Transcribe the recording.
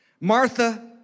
Martha